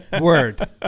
Word